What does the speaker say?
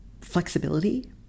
flexibility